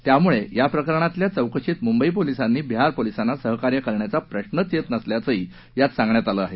त्यामुळं याप्रकरणातल्या चौकशीत मुंबई पोलिसांनी बिहार पोलिसांना सहकार्य करण्याचा प्रश्रच येत नसल्याचंही यात सांगण्यात आलं आहे